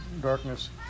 darkness